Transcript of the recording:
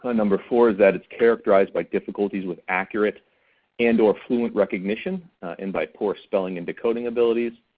ah number four, that it's characterized by difficulties with accurate and or fluent recognition and by poor spelling and decoding abilities.